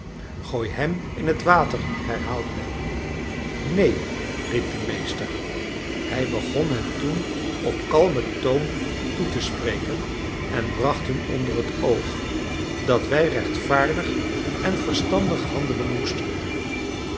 gooi hem in het water herhaalde men neen riep de meester hij begon hen toen op kalmen toon toe te spreken en bracht hun onder het oog dat wij rechtvaardig en verstandig handelen moesten